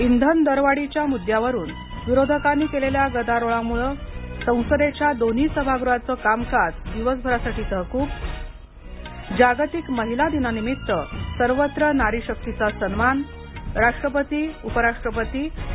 इंधन दरवाढीच्या मुद्द्यावरून विरोधकांनी केलेल्या गदारोळामुळे संसदेच्या दोन्ही सभागृहांचे कामकाज दिवसभरासाठी तहकूब जागतिक महिला दिनानिमित्त सर्वत्र नारी शक्तीचा सन्मान राष्ट्रपती उपराष्ट्रपती आणि